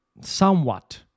somewhat